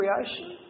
creation